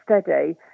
steady